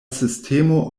sistemo